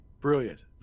Brilliant